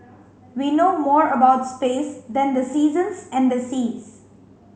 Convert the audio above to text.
we know more about space than the seasons and the seas